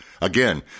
Again